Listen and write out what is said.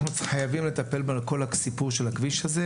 אנחנו חייבים לטפל בכל הסיפור של הכביש הזה,